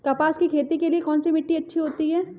कपास की खेती के लिए कौन सी मिट्टी अच्छी होती है?